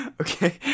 Okay